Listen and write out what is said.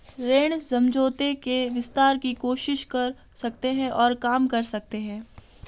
ऋण समझौते के विस्तार की कोशिश कर सकते हैं और काम कर सकते हैं